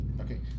okay